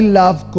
love